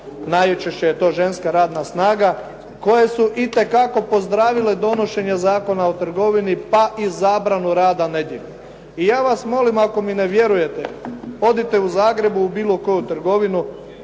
najčešće je to ženska radna snaga, koje su itekako pozdravile donošenje Zakona o trgovini, pa i zabranu rada nedjeljom. I ja vas molim ako mi ne vjerujete odite u Zagrebu u bilo koju trgovinu,